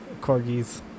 corgis